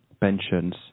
pensions